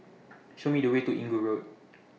Show Me The Way to Inggu Road